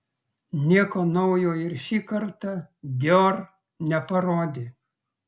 nieko naujo ir šį kartą dior neparodė